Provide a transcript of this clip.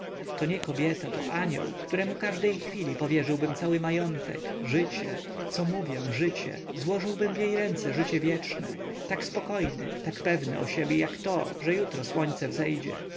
to nie kobieta to anioł któremu każdej chwili powierzyłbym cały majątek życie co mówię życie złożyłbym w jej ręce życie wieczne tak spokojny tak pewny o siebie jak to że jutro słońce wejdzie